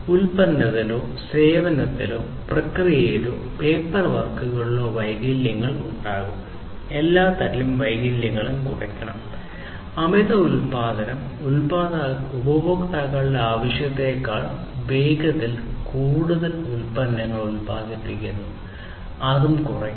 ഉൽപ്പന്നത്തിലോ സേവനത്തിലോ പ്രക്രിയയിലോ പേപ്പർ വർക്കുകളിലോ വൈകല്യങ്ങൾ ഉപഭോക്താക്കളുടെ ആവശ്യത്തേക്കാൾ വേഗത്തിൽ കൂടുതൽ ഉൽപന്നങ്ങൾ ഉത്പാദിപ്പിക്കുന്നു അതും കുറയ്ക്കണം